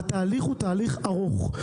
זהו תהליך ארוך,